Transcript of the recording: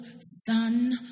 sun